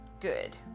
good